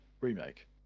remake